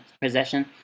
possession